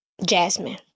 Jasmine